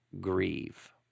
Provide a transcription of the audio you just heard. grieve